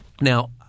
Now